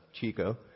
Chico